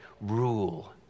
rule